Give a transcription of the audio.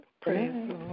Praise